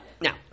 now